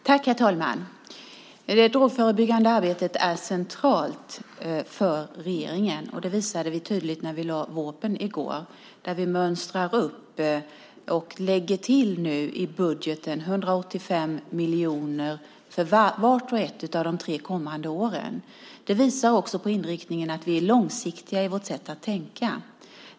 Herr talman! Det drogförebyggande arbetet är centralt för regeringen, och det visade vi tydligt när vi lade fram vårpropositionen i går. Vi mönstrar upp och lägger i budgeten till 185 miljoner för vart och ett av de kommande tre åren. Det visar också på inriktningen, att vi är långsiktiga i vårt sätt att tänka.